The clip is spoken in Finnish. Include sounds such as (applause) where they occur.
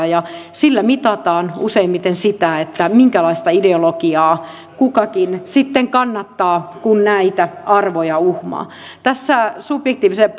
(unintelligible) ja sillä mitataan useimmiten sitä minkälaista ideologiaa kukakin sitten kannattaa kun näitä arvoja uhmaa tässä subjektiivisen (unintelligible)